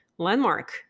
landmark